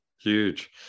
huge